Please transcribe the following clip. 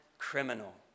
Criminal